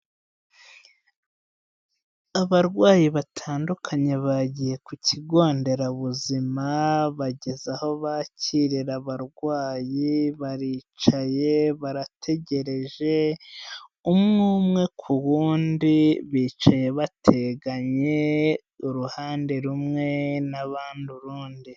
Abarwayi batandukanye bagiye ku kigo nderabuzima, bageze aho bakirira abarwayi, baricaye barategereje, umwe umwe ku wundi, bicaye bateganye, uruhande rumwe n'abandi urundi.